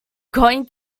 going